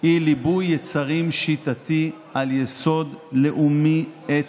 הוא ליבוי יצרים שיטתי על יסוד לאומי-אתני,